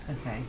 okay